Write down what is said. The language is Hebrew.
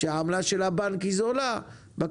כאשר העמלה של הבנק היא זולה ואילו